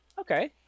Okay